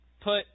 put